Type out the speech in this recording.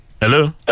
Hello